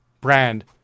brand